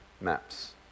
maps